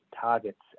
targets